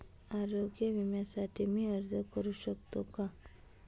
आरोग्य विम्यासाठी मी अर्ज करु शकतो का?